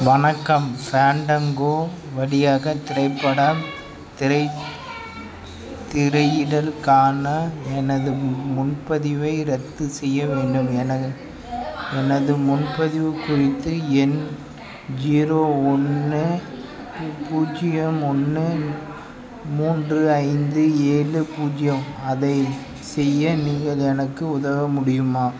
வணக்கம் ஃபேண்டங்கோ வழியாக திரைப்படம் திரை திரையிடலுக்கான எனது முன்பதிவை ரத்துசெய்ய வேண்டும் எனது எனது முன்பதிவு குறித்து எண் ஜீரோ ஒன்று பூஜ்ஜியம் ஒன்று மூன்று ஐந்து ஏழு பூஜ்ஜியம் அதைச் செய்ய நீங்கள் எனக்கு உதவ முடியுமா